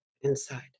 inside